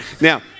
Now